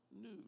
new